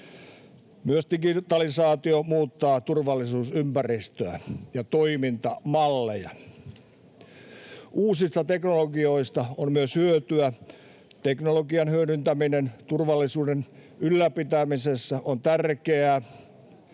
Myös digitalisaatio muuttaa turvallisuusympäristöä ja toimintamalleja. Uusista teknologioista on myös hyötyä. Teknologian hyödyntäminen turvallisuuden ylläpitämisessä on tärkeää,